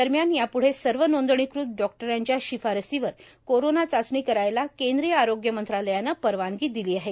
दरम्यान याप्ढे सर्व नोंदणीकृत डॉक्टरांच्या शिफारसीवर कोरोना चाचणी करायला केंद्रीय आरोग्य मंत्रालयानं परवानगी दिली आहे